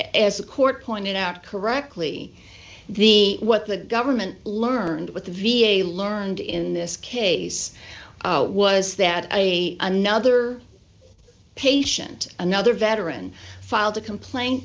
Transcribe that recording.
the court pointed out correctly the what the government learned with the v a learned in this case was that a another patient another veteran filed a complaint